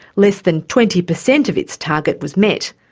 less than twenty per cent of its target was met.